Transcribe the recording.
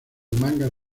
mangas